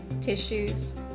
tissues